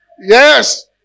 Yes